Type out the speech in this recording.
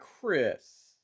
Chris